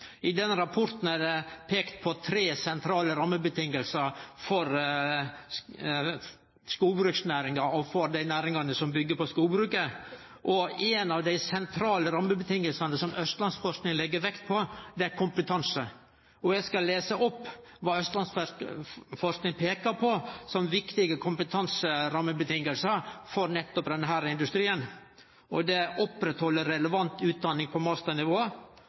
det peikt på tre sentrale rammevilkår for skogbruksnæringa og for dei næringane som byggjer på skogbruket. Eit av dei sentrale rammevilkåra som Østlandsforskning legg vekt på, er kompetanse. Eg skal lese opp kva Østlandsforskning peikar på som viktige kompetanserammeføresetnader for nettopp denne industrien: oppretthalde relevant utdanning på masternivå